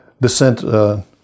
descent